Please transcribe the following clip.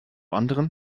anderen